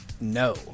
No